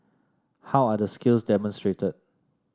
how are the skills demonstrated